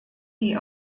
die